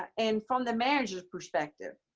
and from the manager's perspective,